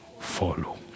follow